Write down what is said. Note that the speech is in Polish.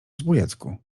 zbójecku